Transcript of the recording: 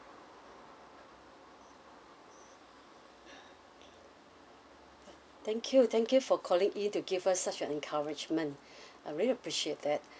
thank you thank you for calling in to give us such a encouragement I really appreciate that